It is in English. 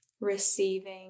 receiving